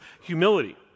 humility